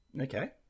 Okay